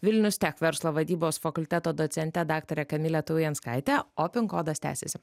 vilnius tech verslo vadybos fakulteto docente daktare kamile taujanskaite o pin kodas tęsiasi